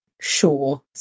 sure